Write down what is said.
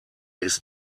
ist